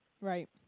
Right